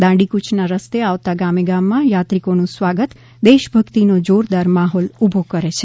દાંડી કૂચ ના રસ્તે આવતા ગામેગામ માં યાત્રિકો નું સ્વાગત દેશભક્તિ નો જોરદાર માહોલ ઊભો કરે છે